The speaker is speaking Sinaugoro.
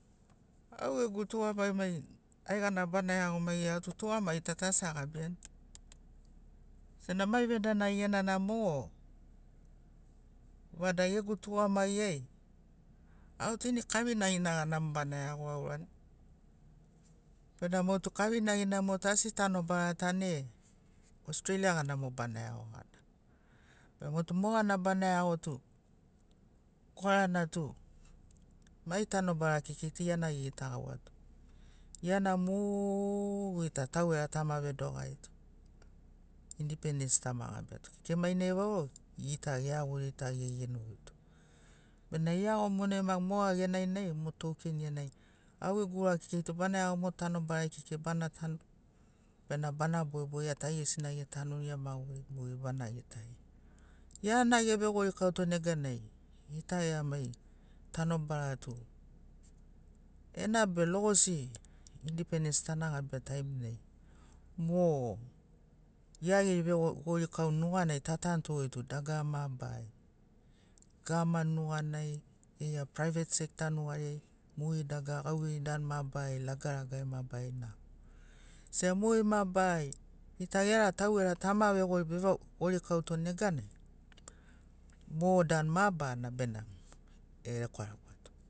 Au gegu tugamagi mai aigana bana iago mai au tu tugamagi ta ta asi agabiani sena mai vedanagi genanamo vada gegu tugamagiai autu ini kavinai na gana mo bana iago aurani bena motu kavinai na mo tu asi tanobara ta ne ostreilia gana mo bana iago gana be motu mogana bana iago tu korana tu mai tanobara kekei tu iana egitagauato iana mu. gita taugera tama vedogarito indipendens tama gabiato kekei mainai vaurogo gita eaguirato egenogoito bena iago monai ma moga genai nai mo token genai au gegu ura kekei tu bana iago mo tanobarai kekei bana tanu bena bana bogeboge iatu aigesina etanuni emagurini mogeri bana gitari iana evegorikauto neganai gita gera mai tanobara tu enabe logosi indipendens tana gabia taimnai mo ia geri vegorikau nuganai ta tanto goi tu dagara mabarari gavaman nuganai eia praivet secta nugariai mogeri dagara gauvei dan mabarari lagalagari mabarari namo se mogeri mabarari ita gera tau gera tama vogori vau vegorikauto neganai mo dan mabarana benamo erekwarekwato